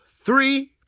three